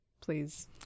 Please